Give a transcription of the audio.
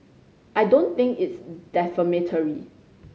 I don't think it's defamatory